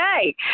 okay